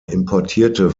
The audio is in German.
importierte